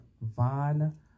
Von